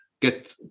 get